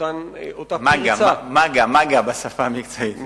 מג"א בשפה המקצועית,